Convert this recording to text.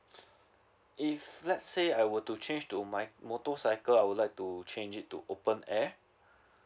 if let's say I were to change to my motorcycle I would like to change it to open air